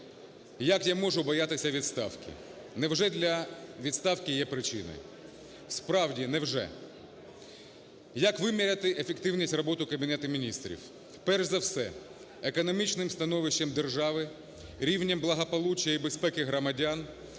"Як я можу боятися відставки? Невже для відставки є причини?" Справді, невже? Як виміряти ефективність роботи Кабінету Міністрів? Перш за все, економічним становищем держави, рівнем благополуччя і безпеки громадян.